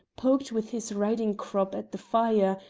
poked with his riding crop at the fire,